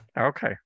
Okay